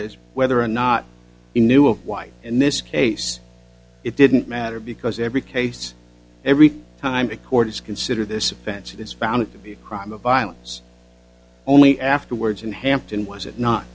is whether or not he knew of white in this case it didn't matter because every case every time the cords consider this offense it is found to be a crime of violence only afterwards in hampton was it not